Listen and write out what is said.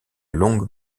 longue